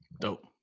Dope